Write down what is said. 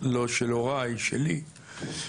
לא של הורי, שלי.